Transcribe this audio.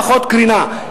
פחות קרינה.